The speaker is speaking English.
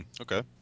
Okay